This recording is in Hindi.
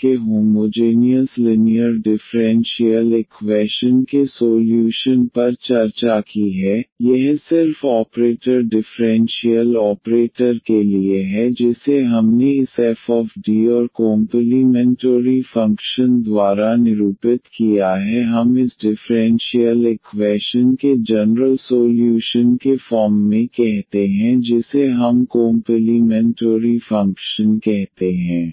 के होमोजेनियस लिनीयर डिफ़्रेंशियल इक्वैशन के सोल्यूशन पर चर्चा की है यह सिर्फ ऑपरेटर डिफ़्रेंशियल ऑपरेटर के लिए है जिसे हमने इस fD और कोंपलीमेंटोरी फंक्शन द्वारा निरूपित किया है हम इस डिफ़्रेंशियल इक्वैशन के जनरल सोल्यूशन के फॉर्म में कहते हैं जिसे हम कोंपलीमेंटोरी फ़ंक्शन कहते हैं